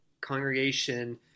congregation